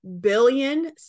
billion